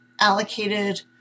allocated